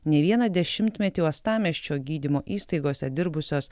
ne vieną dešimtmetį uostamiesčio gydymo įstaigose dirbusios